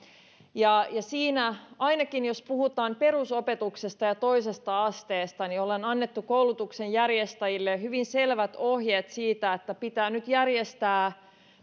siinä ainakin jos puhutaan perusopetuksesta ja toisesta asteesta on annettu koulutuksen järjestäjille hyvin selvät ohjeet siitä että pitää nyt järjestää